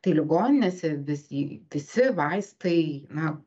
tai ligoninėse visi visi vaistai na